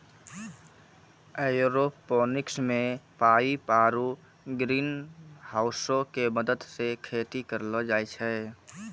aeroponics मे pipe आरु ग्रीनहाउसो के मदत से खेती करलो जाय छै